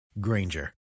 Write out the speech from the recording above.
Granger